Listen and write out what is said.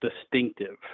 distinctive